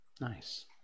Nice